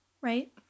Right